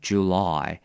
July